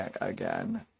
again